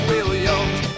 Williams